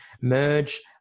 merge